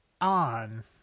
on